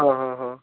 ହଁ ହଁ ହଁ